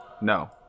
No